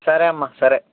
సరే అమ్మా సరే